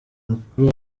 umukuru